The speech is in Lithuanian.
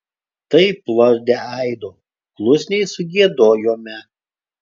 taip lorde aido klusniai sugiedojome